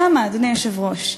כמה, אדוני היושב-ראש?